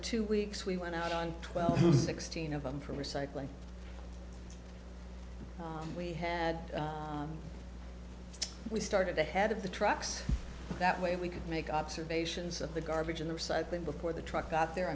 two weeks we went out on twelve to sixteen of them for recycling we had we started the head of the trucks that way we could make observations of the garbage in the recycling before the truck got the